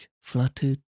fluttered